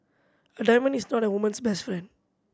a diamond is not a woman's best friend